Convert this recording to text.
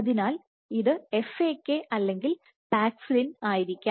അതിനാൽ ഇത് FAK അല്ലെങ്കിൽ പാക്സിലിൻ ആയിരിക്കും